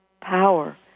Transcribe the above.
power